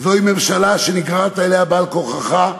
זו ממשלה שנגררת אליה על-כורחך,